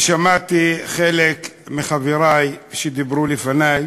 ושמעתי חלק מחברי שדיברו לפני,